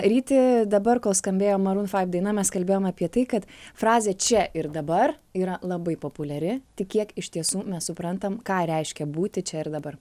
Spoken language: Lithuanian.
ryti dabar kol skambėjo marūn faiv daina mes kalbėjom apie tai kad frazė čia ir dabar yra labai populiari tik kiek iš tiesų mes suprantam ką reiškia būti čia ir dabar